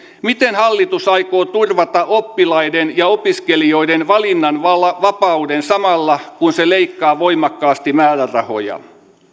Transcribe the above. miten hallitus aikoo turvata oppilaiden ja opiskelijoiden valinnanvapauden samalla kun se leikkaa voimakkaasti määrärahoja